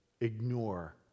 ignore